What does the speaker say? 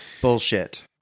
bullshit